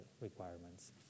requirements